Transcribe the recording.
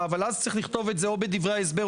זה פשוט ביזיון של הכנסת.